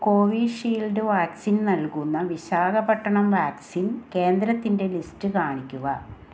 Covishield vaccine നൽകുന്ന Visakhapatnam vaccine കേന്ദ്രത്തിൻ്റെ list കാണിക്കുക